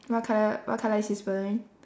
what colour what colour is his balloon